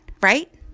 right